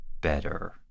better